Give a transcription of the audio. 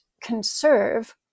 conserve